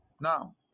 Now